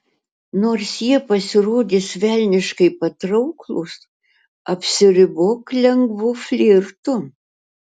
nors jie pasirodys velniškai patrauklūs apsiribok lengvu flirtu